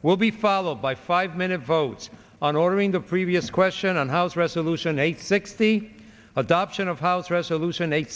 will be followed by five minute votes on ordering the previous question on house resolution eight sixty adoption of house resolution eight